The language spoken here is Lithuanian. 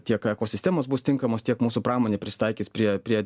tiek ekosistemos bus tinkamos tiek mūsų pramonė prisitaikys prie prie